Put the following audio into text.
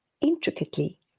intricately